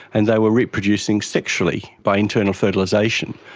and they were reproducing sexually by internal fertilisation.